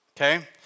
okay